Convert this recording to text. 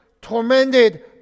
tormented